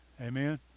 Amen